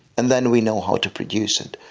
and then we know how to produce it.